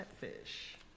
Catfish